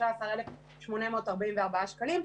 19,844 שקלים.